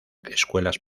escuelas